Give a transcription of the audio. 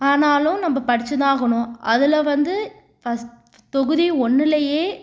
ஆனாலும் நம்ம படித்து தான் ஆகணும் அதில் வந்து ஃபர்ஸ்ட் தொகுதி ஒன்றுலேயே